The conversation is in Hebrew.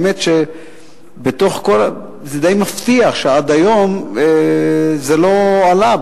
האמת שזה די מפתיע שעד היום זה לא עלה.